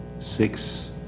six,